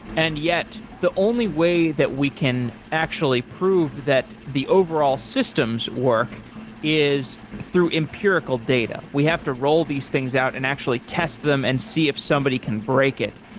and yet the only way that we can actually prove that the overall systems work is through empirical data. we have to roll these things out and actually test them and see if somebody can break it.